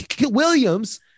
Williams